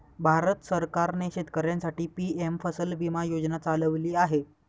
भारत सरकारने शेतकऱ्यांसाठी पी.एम फसल विमा योजना चालवली आहे